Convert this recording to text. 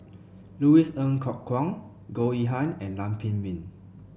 Louis Ng Kok Kwang Goh Yihan and Lam Pin Min